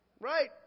Right